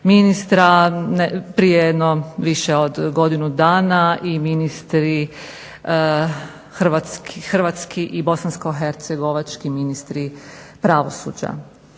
ministra, prije više od godinu dana i ministri hrvatski i bosanskohercegovački ministri pravosuđa.